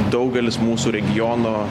daugelis mūsų regiono